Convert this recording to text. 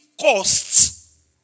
costs